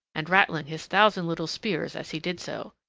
and rattling his thousand little spears as he did so.